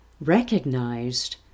Recognized